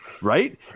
Right